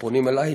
וכשפונים אלי,